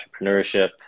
entrepreneurship